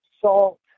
salt